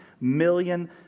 million